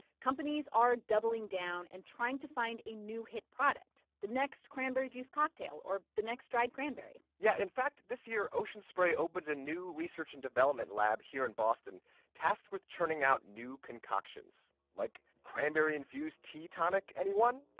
companies are doubling down and trying to find a new hit product the next cranberry juice cocktail or the next dried cranberry yeah. in fact, this year, ocean spray opens a new research and development lab here in boston tasked with churning out new concoctions. like, cranberry-infused tea tonic, anyone?